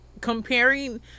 comparing